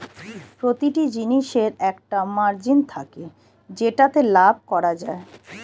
প্রতিটি জিনিসের একটা মার্জিন থাকে যেটাতে লাভ করা যায়